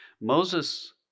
Moses